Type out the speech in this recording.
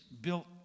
built